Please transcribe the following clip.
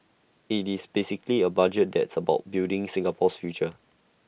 IT is basically A budget that's about building Singapore's future